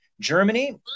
Germany